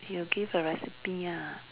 give a recipe ah